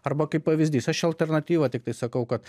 arba kaip pavyzdys aš alternatyvą tiktai sakau kad